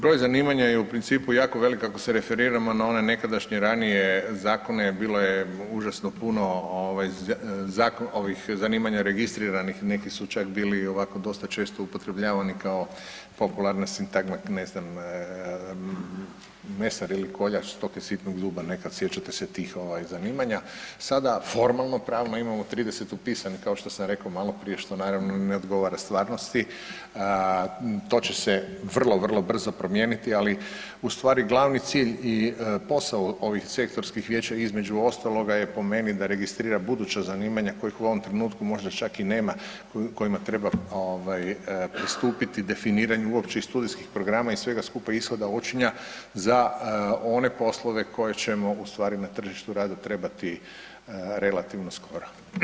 Broj zanimanja je u principu jako velik ako se referiramo na ona nekadašnje ranije zakone, bilo je užasno puno ovih zanimanja registriranih, neki su čak bili ovako dosta često upotrebljavani kao popularna sintagma, ne znam, mesar ili koljač, stoka sitnog zub nekad, sjećate se tih zanimanja, sada formalno pravno imamo 30 upisanih kao što sam rekao maloprije, što naravno ne odgovara stvarnosti, to će se vrlo, vrlo brzo promijeniti ali ustvari glavni cilj i posao ovih sektorskih vijeća između ostalog je po meni da registrira buduća zanimanja kojih u ovom trenutku možda čak i nema, kojima treba pristupiti definiranju uopće i studijskih programa i svega skupa i ishoda učenja za one poslove koje ćemo ustvari na tržištu rada trebati relativno skoro.